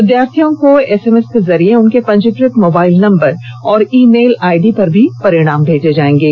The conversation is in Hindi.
विद्यार्थियों को एसएमएस के जरिए उनके पंजीकृत मोबाइल नंबर और ई मेल आईडी पर भी परिणाम भेजे जाएंगे